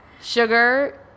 Sugar